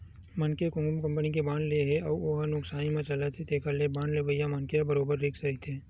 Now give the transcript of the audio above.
मनखे ह कोनो कंपनी के बांड ले हे अउ हो ह नुकसानी म चलत हे तेखर ले बांड लेवइया मनखे ह बरोबर रिस्क रहिथे